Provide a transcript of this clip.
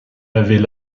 avait